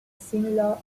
similar